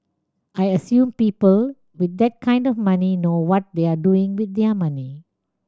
I assume people with that kind of money know what they're doing with their money